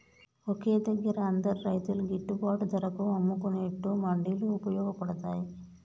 ఒకే దగ్గర అందరు రైతులు గిట్టుబాటు ధరకు అమ్ముకునేట్టు మండీలు వుపయోగ పడ్తాయ్